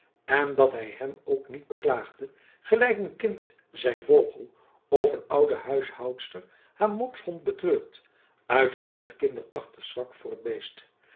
en dat hij hem ook niet beklaagde gelijk een kind zijn vogel of een oude huishoudster haar mopshond betreurt uit eenig kinderachtig zwak voor het beest